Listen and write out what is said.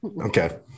Okay